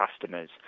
customers